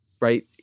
right